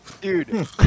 Dude